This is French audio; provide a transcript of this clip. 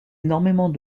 énormément